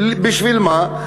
בשביל מה?